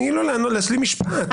תני לו להשלים משפט.